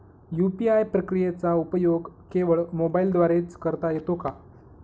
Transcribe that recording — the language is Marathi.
यू.पी.आय प्रक्रियेचा उपयोग केवळ मोबाईलद्वारे च करता येतो का?